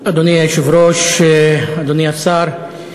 אדוני היושב-ראש, אדוני השר,